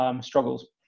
struggles